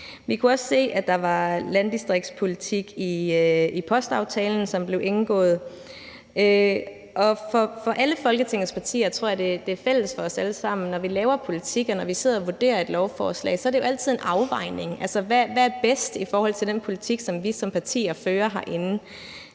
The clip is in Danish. Vi kunne også se, at der var landdistriktspolitik i postaftalen, som blev indgået. Jeg tror, det er fælles for alle Folketingets partier, at når vi laver politik og vi sidder og vurderer et lovforslag, er det altid en afvejning. Altså, hvad er bedst i forhold til den politik, som vi som partier fører herinde?